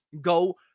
go